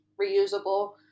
reusable